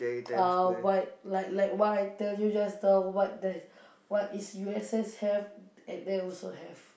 uh what like like what item you just tell what there what is U_S_S have at there also have